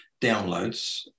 downloads